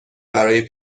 برای